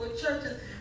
churches